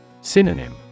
Synonym